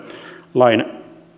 lain